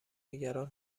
نگران